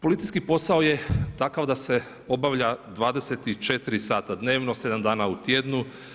Policijski posao je takav da se obavlja 24 sata dnevno, 7 dana u tjednu.